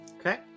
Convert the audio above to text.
Okay